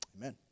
Amen